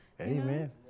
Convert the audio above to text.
Amen